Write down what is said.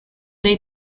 they